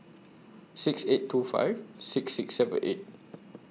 six eight two five six six seven eight